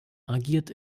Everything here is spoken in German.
agiert